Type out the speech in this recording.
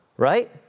Right